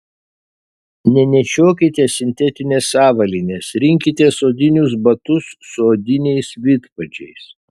nenešiokite sintetinės avalynės rinkitės odinius batus su odiniais vidpadžiais